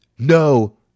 No